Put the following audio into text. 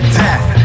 death